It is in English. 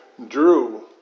drew